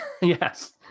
Yes